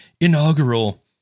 inaugural